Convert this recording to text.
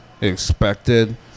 expected